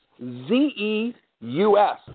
Z-E-U-S